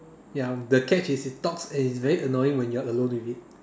ya the catch is it talks and it's very annoying when you're alone with it